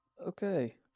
Okay